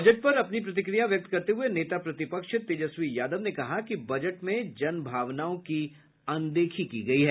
budget पर प्रतिक्रिया व्यक्त करते हुए नेता प्रतिपक्ष तेजस्वी यादव ने कहा कि बजट में जनभावनाओं की अनदेखी की गयी है